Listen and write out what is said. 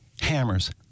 hammers